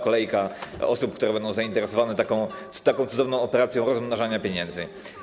kolejka osób, które będą zainteresowane taką cudowną operacją rozmnażania pieniędzy.